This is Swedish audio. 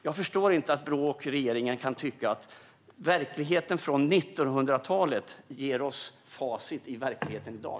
Jag förstår inte att Brå och regeringen kan tycka att verkligheten från 1900-talet ger oss facit för verkligheten i dag.